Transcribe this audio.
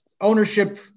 ownership